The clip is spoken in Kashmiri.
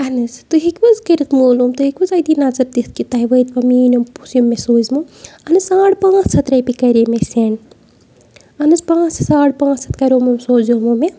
اہن حظ تُہۍ ہیٚکِو حظ کٔرِتھ مولوٗم تُہۍ ہیٚکِو حظ اَتی نظر تِتھ کہِ تۄہہِ وٲتِوا میٛٲنۍ یِم پونٛسہٕ یِم مےٚ سوٗزِمو اہن حظ ساڑ پانٛژھ ہَتھ رۄپیہِ کَرے مےٚ سینٛڈ اہن حظ پانٛژھ ہَتھ ساڑ پانٛژھ ہَتھ کَروم سوزیومو مےٚ